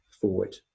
forward